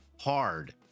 hard